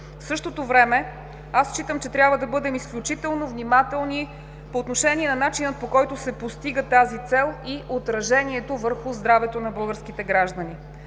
В същото време аз считам, че трябва да бъдем изключително внимателни по отношение на начина, по който се постига тази цел, и отражението върху здравето на българските граждани.